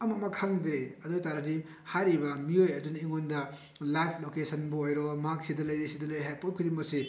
ꯑꯃ ꯑꯃ ꯈꯪꯗ꯭ꯔꯦ ꯑꯗꯨ ꯑꯣꯏꯇꯔꯗꯤ ꯍꯥꯏꯔꯤꯕ ꯃꯤꯑꯣꯏ ꯑꯗꯨꯅ ꯑꯩꯉꯣꯟꯗ ꯂꯥꯏꯕ ꯂꯣꯀꯦꯁꯟꯕꯨ ꯑꯣꯏꯔꯣ ꯃꯍꯥꯛ ꯁꯤꯗ ꯂꯩꯔꯦ ꯁꯤꯗ ꯂꯩꯔꯦ ꯍꯥꯏꯕ ꯄꯣꯠ ꯈꯨꯗꯤꯡꯃꯛꯁꯤ